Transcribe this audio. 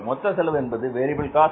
மொத்த செலவு என்பது வேரியபில் காஸ்ட்